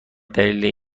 دلیل